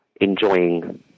enjoying